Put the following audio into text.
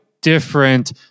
different